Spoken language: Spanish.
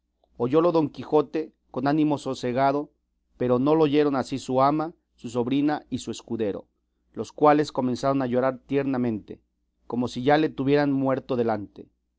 corría peligro oyólo don quijote con ánimo sosegado pero no lo oyeron así su ama su sobrina y su escudero los cuales comenzaron a llorar tiernamente como si ya le tuvieran muerto delante